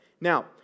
Now